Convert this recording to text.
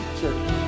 Church